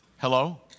Hello